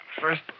First